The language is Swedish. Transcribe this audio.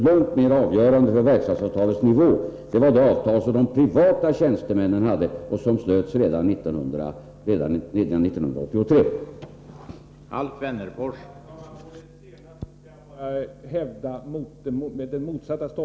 Långt mer avgörande för verkstadsavtalets nivå var det avtal som de privata tjänstemännen hade och som slöts redan 1983. ledande rollen i årets avtalsrörelse ledande rollen i årets avtalsrörelse